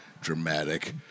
dramatic